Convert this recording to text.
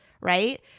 right